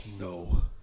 no